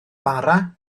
bara